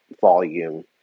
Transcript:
volume